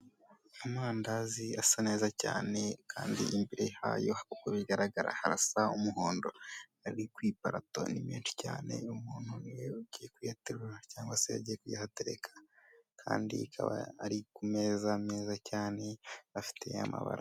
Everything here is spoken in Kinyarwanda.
Amandazi asa neza cyane kandi imbere yayo uko bigaragara harasa umuhondo ari ku iparato, ni menshi cyane iyo umuntu rero ugiye kuyaterura cyangwa se agiye kuyahatereka kandi ikaba ari meza, meza cyane bafite amabara...